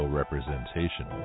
representation